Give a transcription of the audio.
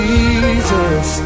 Jesus